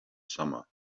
summer